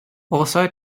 also